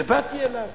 ובאתי אליו